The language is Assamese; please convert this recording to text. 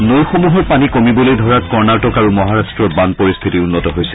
নৈসমূহৰ পানী কমিবলৈ ধৰাত কৰ্ণাটক আৰু মহাৰা্ট্ৰৰ বান পৰিস্থিতি উন্নত হৈছে